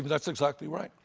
that's exactly right,